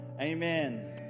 amen